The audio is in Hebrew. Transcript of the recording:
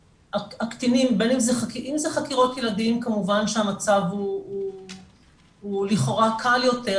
אם זה חקירות ילדים כמובן שהמצב הוא לכאורה קל יותר,